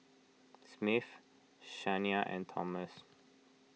Smith Shania and Thomas